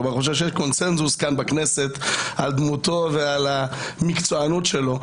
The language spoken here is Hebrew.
אני חושב שיש קונצנזוס בכנסת על דמותו על המקצוענות שלו.